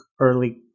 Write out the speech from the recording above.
early